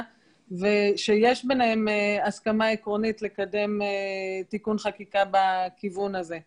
ושיש ביניהם הסכמה עקרונית לקדם תיקון חקיקה בנושא הזה.